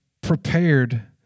prepared